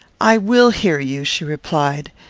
i will hear you, she replied.